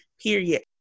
period